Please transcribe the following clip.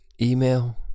email